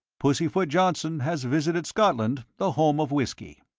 pussyfoot johnson has visited scotland, the home of whisky!